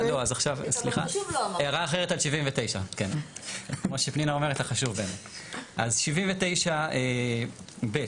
הערה אחרת על 79. 79(ב),